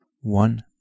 One